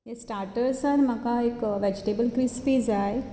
स्टाटर्सांत म्हाका एक vegetable crispy जाय